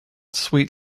sweet